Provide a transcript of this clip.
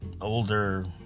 older